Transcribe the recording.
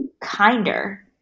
kinder